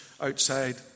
outside